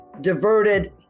diverted